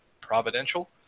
providential